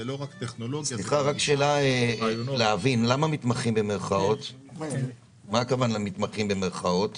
כמובן שנדרשות תשתיות לחדשנות